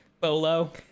Bolo